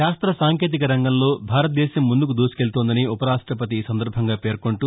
శాస్త్ర సాంకేతిక రంగంలో భారతదేశం ముందుకు దూసుకువెళ్తోందని ఉప రాష్టపతి ఈ సందర్భంగా పేర్సొంటూ